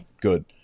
good